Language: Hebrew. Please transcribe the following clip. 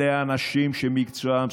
אלה האנשים שמקצועם,